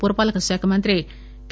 పురపాలక శాఖ మంత్రి కె